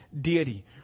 deity